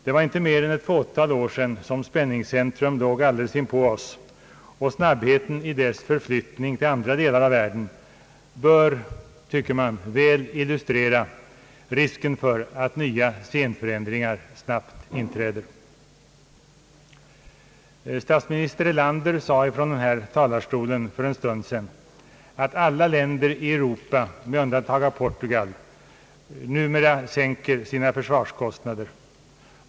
Det var inte mer än ett fåtal år sedan som spänningscentrum låg alldeles inpå oss, och snabbheten i dess förflyttning till andra delar av världen bör, tycker man, väl illustrera risken för att nya scenförändringar snabbt inträder. Statsminister Erlander sade från denna talarstol för en stund sedan, att alla länder i Europa med undantag av Portugal numera sänker sina försvarskostnader.